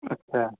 अच्छा